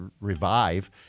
revive